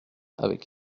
avec